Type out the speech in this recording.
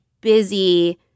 busy